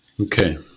Okay